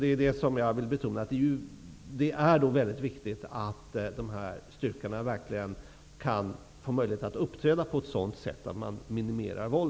Men, vilket jag vill betona, det är mycket viktigt att dessa styrkor verkligen kan få möjlighet att uppträda på ett sådant sätt att våldet minimeras.